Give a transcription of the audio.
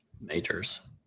majors